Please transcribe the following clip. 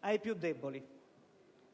ai più deboli.